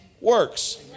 works